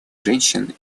женщин